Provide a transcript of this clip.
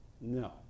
No